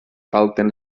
falten